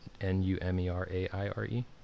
N-U-M-E-R-A-I-R-E